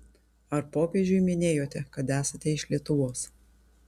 ar popiežiui minėjote kad esate iš lietuvos